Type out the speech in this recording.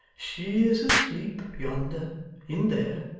she is asleep yonder in there